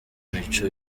imico